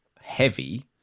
heavy